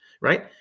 right